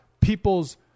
people's